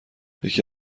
یکی